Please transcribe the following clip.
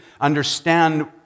understand